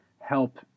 help